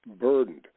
burdened